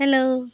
hello